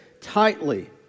tightly